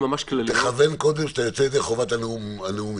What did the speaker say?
תכוון קודם, שאתה יוצא ידי חובת הנאומים.